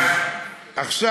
למה תזמין?